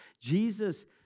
Jesus